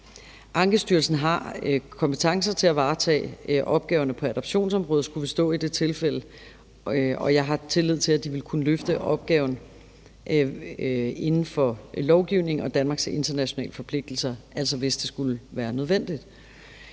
Ankestyrelsen har kompetencer til at varetage opgaverne på adoptionsområdet, skulle vi stå i det tilfælde, og jeg har tillid til, at de vil kunne løfte opgaven inden for lovgivningen og Danmarks internationale forpligtelser, altså hvis det skulle være nødvendigt.